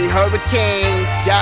Hurricanes